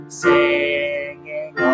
singing